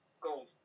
Gold